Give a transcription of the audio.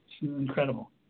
Incredible